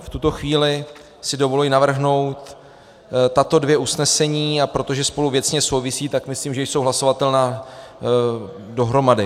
V tuto chvíli si dovoluji navrhnout tato dvě usnesení, a protože spolu věcně souvisí, tak myslím, že jsou hlasovatelná dohromady: